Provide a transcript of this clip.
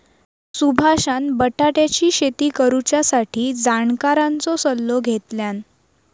सुभाषान बटाट्याची शेती करुच्यासाठी जाणकारांचो सल्लो घेतल्यान